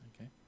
okay